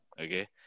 Okay